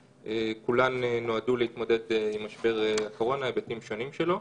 שכולן נועדו להתמודד עם משבר הקורונה והיבטים שונים שלו.